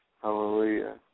Hallelujah